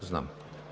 знам.